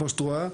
כמו שאת רואה,